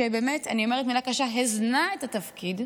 שבאמת, אני אומרת מילה קשה, הזנה את התפקיד,